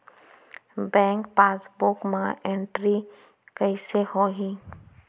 Bank passbook मा entry कइसे होही?